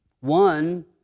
One